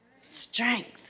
strength